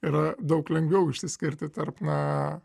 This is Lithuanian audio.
yra daug lengviau išsiskirti tarp na